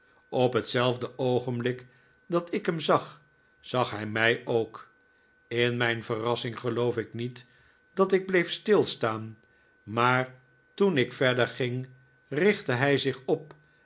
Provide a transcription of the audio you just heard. op hetzelfde oogenblik dat ik hem zag zag hij mij ook in mijn verrassing geloof ik niet dat ik bleef stilstaan maar toen ik verder ging richtte hij zich op